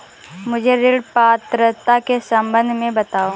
मुझे ऋण पात्रता के सम्बन्ध में बताओ?